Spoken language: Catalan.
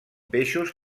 peixos